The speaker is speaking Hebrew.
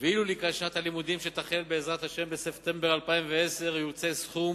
ואילו לקראת שנת הלימודים שתחל בספטמבר 2010 יוקצה סכום